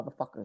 motherfuckers